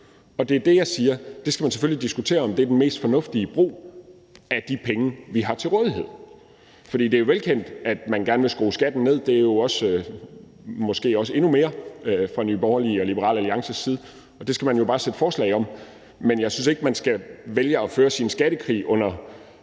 og det er der, jeg siger, at man selvfølgelig skal diskutere, om det er den mest fornuftige brug af de penge, vi har til rådighed. For det er jo velkendt, at man gerne vil skrue skatten ned – måske i endnu højere grad fra Nye Borgerlige og Liberal Alliances side – og det skal man jo bare fremsætte forslag om, men jeg synes ikke, man skal vælge at føre sin skattekrig under